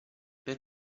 per